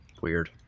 Weird